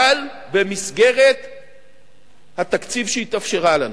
אבל במסגרת התקציב שהתאפשרה לנו,